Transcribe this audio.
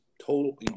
total